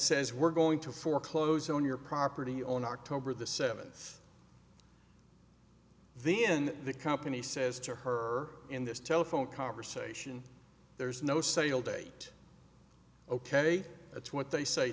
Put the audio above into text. says we're going to foreclose on your property on october the seventh then the company says to her in this telephone conversation there's no sale date ok that's what they say